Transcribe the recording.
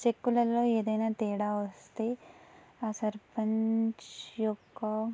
చెక్కులలో ఏదైనా తేడా వస్తే ఆ సర్పంచ్ యొక్క